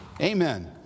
Amen